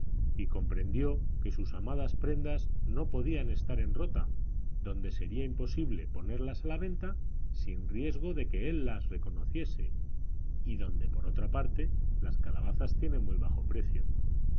y comprendió que sus amadas prendas no podían estar en rota donde sería imposible ponerlas a la venta sin riesgo de que él las reconociese y donde por otra parte las calabazas tienen muy bajo precio